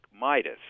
Midas